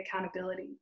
accountability